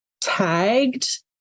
tagged